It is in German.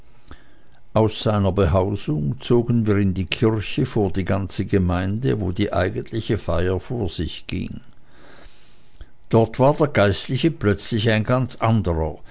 aus seiner behausung zogen wir in die kirche vor die ganze gemeinde wo die eigentliche feier vor sich ging dort war der geistliche plötzlich ein ganz anderer